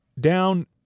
down